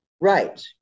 Right